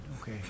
Okay